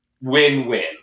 Win-win